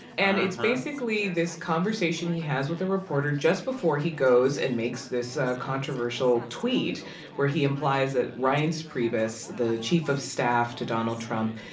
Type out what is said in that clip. and it's basically this conversation he has with a reporter just before he goes and makes this controversial tweet where he implies that reince priebus, the chief of staff to donald trump,